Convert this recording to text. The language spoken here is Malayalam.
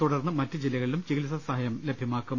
തുടർന്ന് മറ്റ് ജില്ലകളിലും ചികിത്സാ സഹായം നൽകും